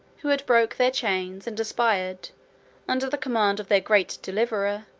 who had broke their chains, and aspired, under the command of their great deliverer,